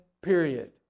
period